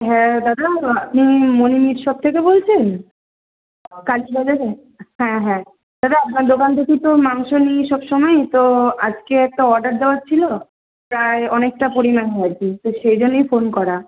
হ্যাঁ দাদা আআপনি ঐ মলিনীর শপ থেকে বলছেন কালীবাজারে হ্যাঁ হ্যাঁ দাদা আপনার দোকান থেকে তো মাংস নিই সব সময় তো আজকে একটা অর্ডার দেওয়ার ছিল প্রায় অনেকটা পরিমাণ আর কি তো সেই জন্যেই ফোন করা